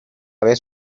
vez